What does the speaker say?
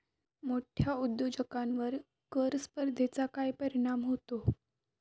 मोठ्या उद्योजकांवर कर स्पर्धेचा काय परिणाम होतो?